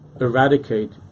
eradicate